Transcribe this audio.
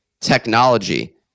technology